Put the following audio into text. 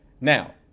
Now